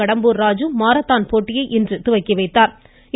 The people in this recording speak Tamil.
கடம்பூர் ராஜு மாரத்தான் போட்டியை இன்று துவக்கி வைத்தாா்